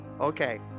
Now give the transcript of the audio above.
Okay